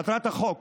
מטרת החוק